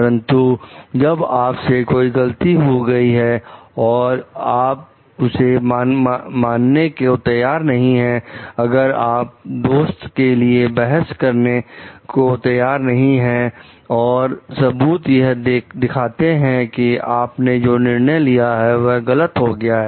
परंतु जब आप से कोई गलती हो गई है और आप उसे मानने को तैयार नहीं है अगर आप दोस्त के लिए बहस करने को तैयार नहीं है और सबूत यह दिखाते हैं कि आपने जो निर्णय लिया है वह गलत हो गया है